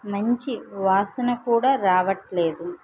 మంచి వాసన కూడా రావట్లేదు